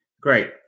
Great